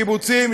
קיבוצים,